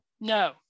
No